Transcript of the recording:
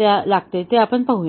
लागते ते पाहूया